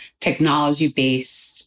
technology-based